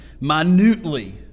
minutely